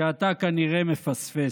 שאתה כנראה מפספס: